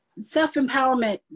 self-empowerment